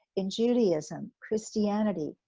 in judaism, christianity,